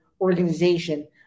organization